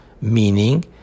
meaning